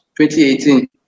2018